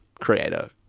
creator